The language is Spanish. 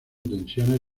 tensiones